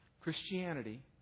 Christianity